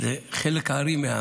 הם חלק הארי.